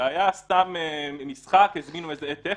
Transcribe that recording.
זה היה סתם משחק, הזמינו עד טכני.